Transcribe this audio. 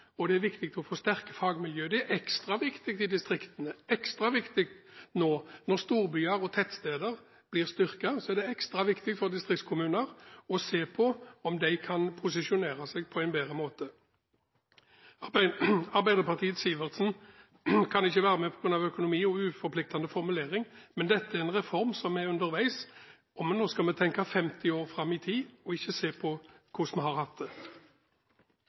og det er viktig å få sterke fagmiljøer. Det er ekstra viktig i distriktene! Nå når storbyer og tettsteder blir styrket, er det ekstra viktig for distriktskommuner å se om de kan posisjonere seg på bedre måter. Arbeiderpartiets Sivertsen kan ikke være med på grunn av økonomi og uforpliktende formuleringer, men dette er en reform som er underveis, og nå skal vi tenke 50 år fram i tid – ikke på hvordan vi har hatt det.